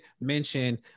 mention